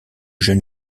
jeune